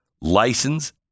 license